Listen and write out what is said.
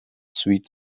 sweet